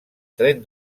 tren